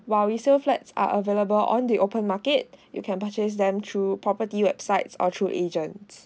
while resale flats are available on the open market you can purchase them through property websites or through agent